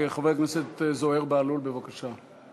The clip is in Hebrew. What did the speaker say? חבר הכנסת זוהיר בהלול, בבקשה.